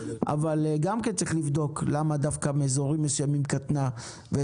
אבל צריך לבדוק למה דווקא מאזורים מסוימים קטנה.